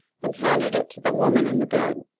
and handed it to the woman in the bed.